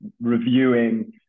reviewing